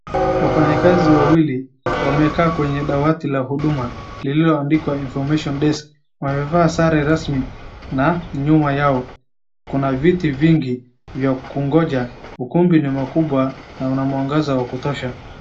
Wafanyakazi wawili wamekaa kwenye dawati la Huduma liloandikwa information desk . Wamevaa sare rasmi na nyuma yao kuna viti vingi vya kungoja. Ukumbi ni makubwa na una mwangaza wa kutosha.